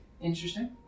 Interesting